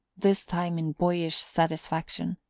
this time in boyish satisfaction.